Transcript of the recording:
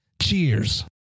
Cheers